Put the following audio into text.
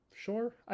sure